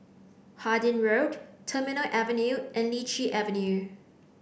Harding Road Terminal Avenue and Lichi Avenue